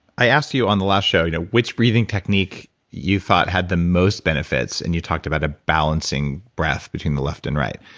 i asked you on the last show you know which breathing technique you thought had the most benefits, and you talked about a balancing breath between the left and right.